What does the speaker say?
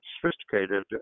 sophisticated